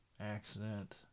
Accident